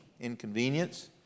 inconvenience